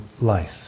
life